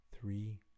three